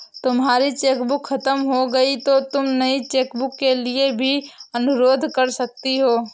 तुम्हारी चेकबुक खत्म हो गई तो तुम नई चेकबुक के लिए भी अनुरोध कर सकती हो